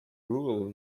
rule